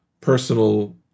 personal